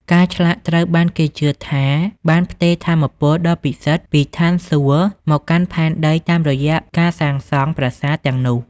ការឆ្លាក់ត្រូវបានគេជឿថាបានផ្ទេរថាមពលដ៏ពិសិដ្ឋពីស្ថានសួគ៌មកកាន់ផែនដីតាមរយៈការសាងសង់ប្រាសាទទាំងនោះ។